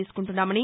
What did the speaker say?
తీసుకుంటున్నామని